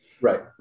Right